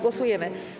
Głosujemy.